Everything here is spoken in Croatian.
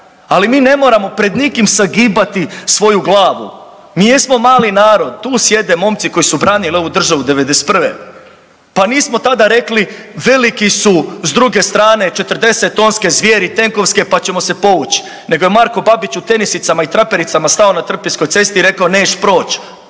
ali mi ne moramo pred nikim sagibati svoju glavu. Mi jesmo mali narod, tu sjede momci koji su branili ovu državu '91., pa nismo tada rekli veliki su s druge strane, 40-tonske zvjeri tenkovske, pa ćemo se povući nego je Marko Babić u tenisicama i trapericama stao na Trpinjskoj cesti i rekao neš proć,